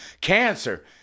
cancer